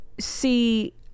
see